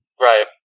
Right